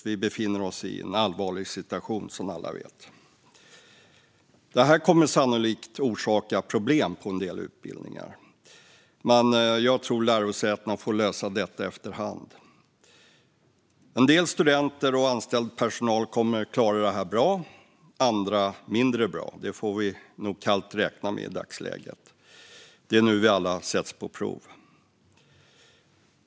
Vi befinner oss i en allvarlig situation, som alla vet. Det här kommer sannolikt att orsaka problem på en del utbildningar, men jag tror att lärosätena får lösa detta efter hand. En del studenter och anställd personal kommer att klara detta bra, andra mindre bra. Det får vi nog kallt räkna med i dagsläget. Det är nu vi alla sätts på prov.